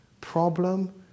Problem